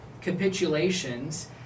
capitulations